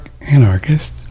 anarchist